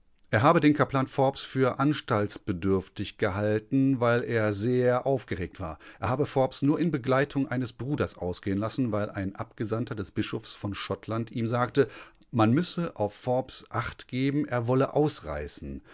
er habe den kaplan forbes für anstaltsbedürftig dürftig gehalten weil er sehr aufgeregt war er habe forbes nur in begleitung eines bruders ausgehen lassen weil ein abgesandter des bischofs von schottland ihm sagte man müsse auf forbes achtgeben er wolle ausreißen